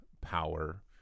power